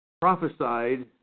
prophesied